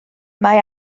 mae